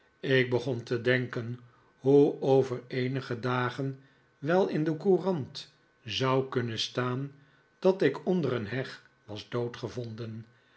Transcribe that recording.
ik begon te denken hoe er over eenige dagen wel in de courant zou kunnen staan dat ik onder een heg was